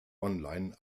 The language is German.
online